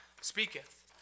speaketh